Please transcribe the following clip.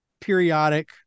periodic